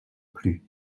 plus